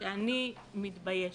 שאני מתביישת.